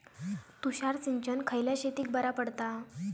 तुषार सिंचन खयल्या शेतीक बरा पडता?